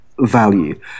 value